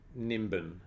Nimbin